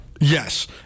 Yes